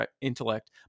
intellect